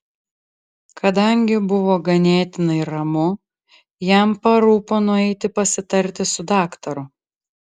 kadangi buvo ganėtinai ramu jam parūpo nueiti pasitarti su daktaru